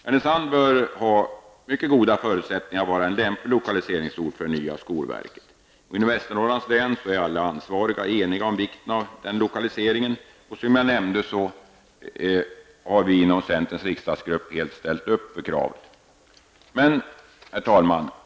Härnösand bör ha mycket goda förutsättningar att vara en lämplig lokaliseringsort för det nya skolverket. Inom Västernorrlands län är alla ansvariga eniga om vikten av denna lokalisering. Som jag nämnde har vi inom centerns riksdagsgrupp helt ställt oss bakom detta krav. Herr talman!